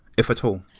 if at all?